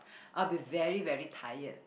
I'll be very very tired